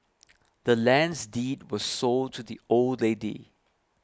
the land's deed was sold to the old lady